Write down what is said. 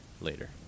later